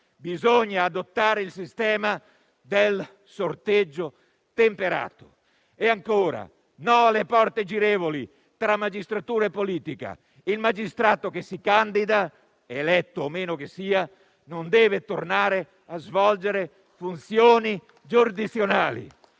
bisogna adottare il sistema del sorteggio temperato. E, ancora, no alle porte girevoli tra magistratura e politica: il magistrato che si candida, eletto o meno che sia, non deve tornare a svolgere funzioni giurisdizionali.